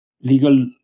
legal